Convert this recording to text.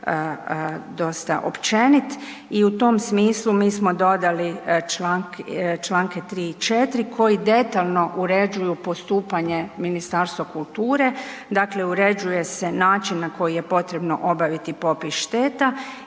dosta općenit i u tom smislu mi smo dodali članke 3. i 4. koji detaljno uređuju postupanje Ministarstva kulture, dakle uređuje se način na koji je potrebno obaviti popis šteta